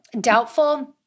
doubtful